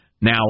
Now